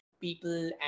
people